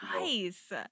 nice